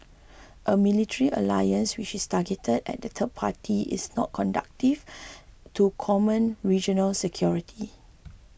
a military alliance which is targeted at a third party is not conductive to common regional security